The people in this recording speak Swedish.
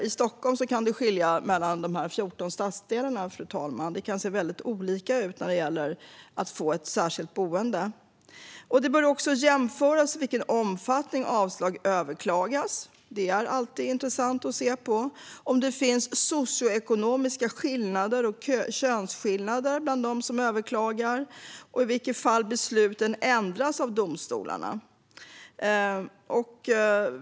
I Stockholm kan det, fru talman, se väldigt olika ut i de 14 stadsdelarna när det gäller möjligheterna att få ett särskilt boende. Det bör också jämföras i vilken omfattning avslag överklagas - det är det alltid intressant att titta på - och om det finns socioekonomiska skillnader och könsskillnader bland dem som överklagar samt i vilka fall besluten ändras av domstolarna.